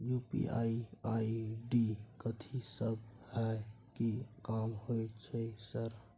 UPI ID कथि सब हय कि काम होय छय सर?